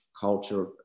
culture